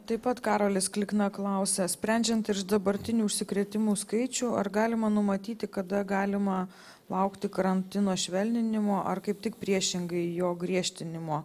taip pat karolis klikna klausia sprendžiant iš dabartinių užsikrėtimų skaičių ar galima numatyti kada galima laukti karantino švelninimo ar kaip tik priešingai jo griežtinimo